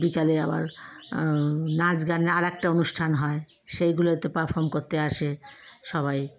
বিকালে আবার নাচ গানের আরেকটা অনুষ্ঠান হয় সেইগুলোতে পারফর্ম করতে আসে সবাই